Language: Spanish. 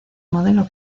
modelo